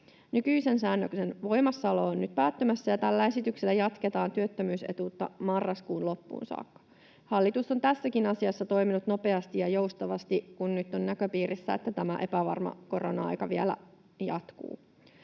Nykyisen säännöksen voimassaolo on nyt päättymässä, ja tällä esityksellä jatketaan työttö-myysetuutta marraskuun loppuun saakka. Hallitus on tässäkin asiassa toiminut nopeasti ja joustavasti, kun nyt on näköpiirissä, että tämä epävarma korona-aika vielä jatkuu.